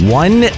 one